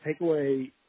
takeaway